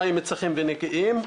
מים צחים ונקיים.